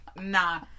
nah